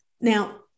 Now